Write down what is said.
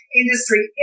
industry